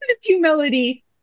humility